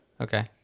Okay